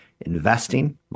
investing